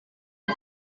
ils